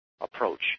approach